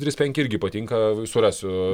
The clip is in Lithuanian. trys penki irgi patinka surasiu